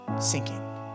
sinking